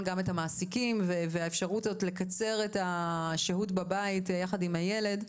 גם את המעסיקים והאפשרות הזאת לקצר את השהות בבית יחד עם הילד,